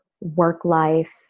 work-life